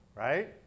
Right